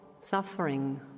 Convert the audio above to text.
suffering